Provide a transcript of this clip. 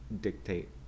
dictate